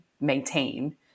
maintain